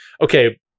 okay